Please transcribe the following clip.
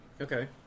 Okay